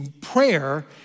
prayer